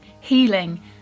healing